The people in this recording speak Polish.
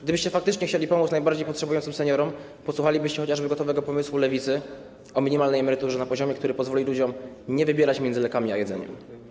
Gdybyście faktycznie chcieli pomóc najbardziej potrzebującym seniorom, posłuchalibyście chociażby gotowego pomysłu Lewicy o minimalnej emeryturze na poziomie, który pozwoli ludziom nie wybierać między lekami a jedzeniem.